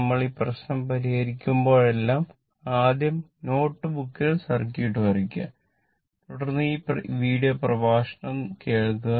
നമ്മൾ ഈ പ്രശ്നം പരിഹരിക്കുമ്പോഴെല്ലാം ആദ്യം നോട്ട്ബുക്കിൽ സർക്യൂട്ട് വരയ്ക്കുക തുടർന്ന് ഈ വീഡിയോ പ്രഭാഷണം കേൾക്കുക